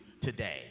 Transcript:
today